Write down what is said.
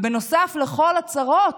ובנוסף לכל הצרות,